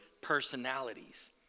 personalities